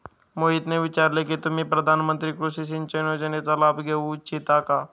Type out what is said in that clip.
मोहितने विचारले की तुम्ही प्रधानमंत्री कृषि सिंचन योजनेचा लाभ घेऊ इच्छिता का?